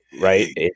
Right